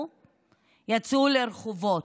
יצאו לרחובות,